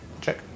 check